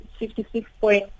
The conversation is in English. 56